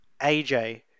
AJ